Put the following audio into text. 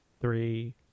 three